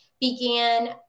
began